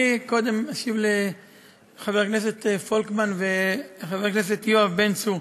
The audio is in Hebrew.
אני קודם אשיב לחבר הכנסת פולקמן וחבר הכנסת יואב בן צור,